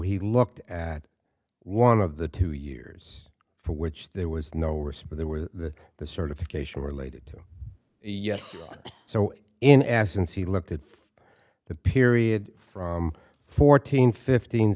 he looked at one of the two years for which there was no or suppose there were the the certification related to a yes so in essence he looked at the period from fourteen fifteen